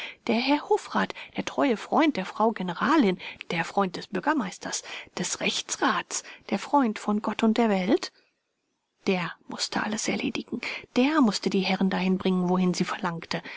der herr hofrat der treue freund der frau generalin der freund des bürgermeisters des rechtsrats der freund von gott und der welt der mußte alles erledigen der mußte die herren dahin bringen wohin sie verlangte